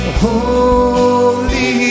holy